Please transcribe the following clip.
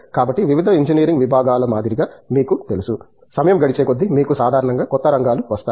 కాబట్టి వివిధ ఇంజనీరింగ్ విభాగాల మాదిరిగా మీకు తెలుసు సమయం గడిచేకొద్దీ మీకు సాధారణంగా కొత్త రంగాలు వస్తాయి